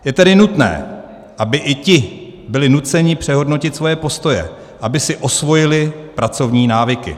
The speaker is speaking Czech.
Je tedy nutné, aby i ti byli nuceni přehodnotit svoje postoje, aby si osvojili pracovní návyky.